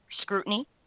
Scrutiny